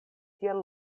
tiel